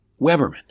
Weberman